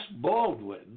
Baldwin